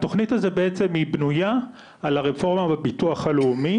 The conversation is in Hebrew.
התוכנית הזו בעצם היא בנויה על הרפורמה מהביטוח לאומי,